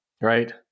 Right